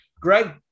Greg